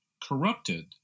corrupted